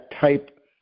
type